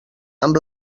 amb